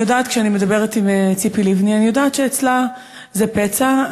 וכשאני מדברת עם ציפי לבני אני יודעת שאצלה זה פצע.